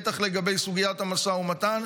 בטח לגבי סוגיית המשא ומתן.